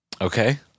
Okay